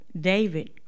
David